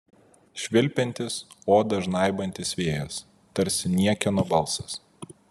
švilpiantis odą žnaibantis vėjas tarsi niekieno balsas